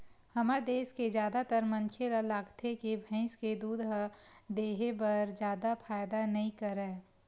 हमर देस के जादातर मनखे ल लागथे के भइस के दूद ह देहे बर जादा फायदा नइ करय